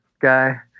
guy